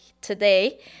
today